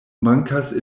mankas